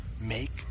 make